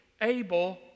Abel